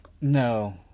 No